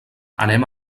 anem